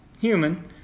human